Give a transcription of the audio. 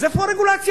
אז איפה הרגולציה?